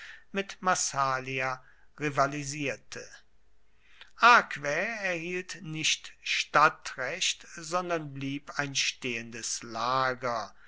mit massalia rivalisierte aquae erhielt nicht stadtrecht sondern blieb ein stehendes lager